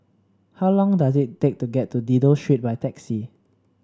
how long does it take to get to Dido Street by taxi